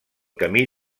camí